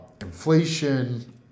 inflation